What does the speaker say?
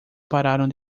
pararam